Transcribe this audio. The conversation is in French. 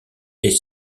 est